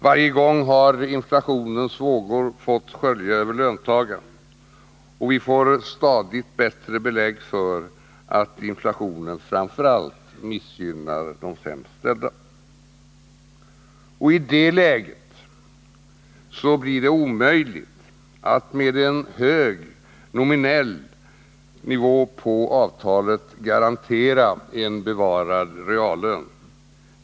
Varje gång har inflationens vågor fått skölja över löntagarna — och vi får ständigt belägg för att inflationen missgynnar framför allt de sämst ställda. I det läget blir det omöjligt att med en hög nominell nivå på avtalet garantera en bevarad reallön.